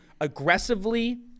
aggressively